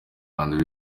and